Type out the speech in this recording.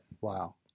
Wow